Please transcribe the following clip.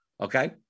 Okay